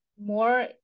more